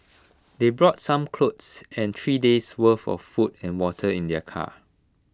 they brought some clothes and three days' worth of food and water in their car